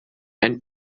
and